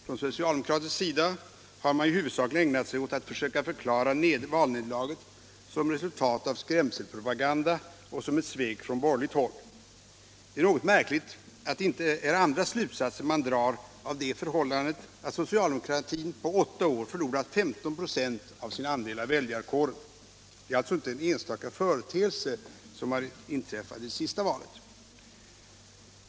Från socialdemokratisk sida har man ju huvudsakligen ägnat sig åt att försöka förklara valnederlaget som ett resultat av skrämselpropaganda och ett svek från borgerligt håll. Det är något märkligt att det inte är andra slutsatser man drar av det förhållandet att socialdemokratin på åtta år förlorat 15 96 av sin andel av väljarkåren. Det är alltså inte fråga om en enstaka företeelse som inträffat i det senaste valet.